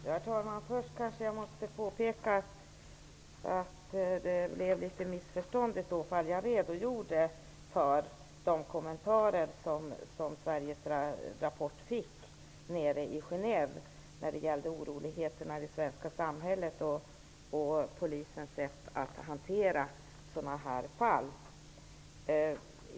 Herr talman! Först måste jag kanske påpeka att det blev ett missförstånd. Jag redogjorde för de kommentarer som Sveriges rapport fick i Genève när det gällde oroligheterna i det svenska samhället och polisens sätt att hantera dessa fall.